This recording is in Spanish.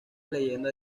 leyendas